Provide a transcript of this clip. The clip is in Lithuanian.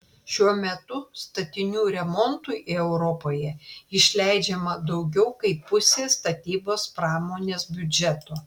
šiuo metu statinių remontui europoje išleidžiama daugiau kaip pusė statybos pramonės biudžeto